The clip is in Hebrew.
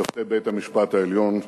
שופטי בית-המשפט העליון,